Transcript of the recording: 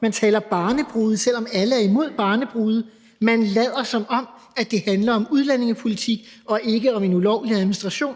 Man taler om barnebrude, selv om alle er imod barnebrude. Man lader, som om det handler om udlændingepolitik og ikke om en ulovlig administration.